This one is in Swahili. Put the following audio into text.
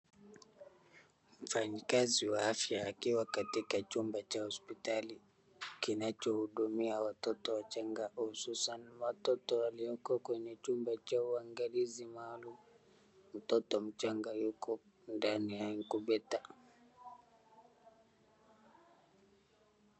Mfanyikazi wa afya akiwa katika chumba cha hospitali kinacho hudumia watoto wachanga hususana, watoto walioko kwenye chumba hawawezisimama. Mtoto mchanga yuko ndani ya incubator .